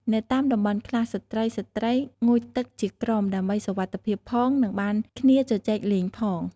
នៅតាមតំំបន់ខ្លះ ស្ត្រីៗងូតទឹកជាក្រុមដើម្បីសុវត្ថិភាពផង និងបានគ្នាជជែកលេងផង។